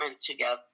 together